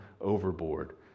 overboard